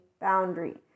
boundary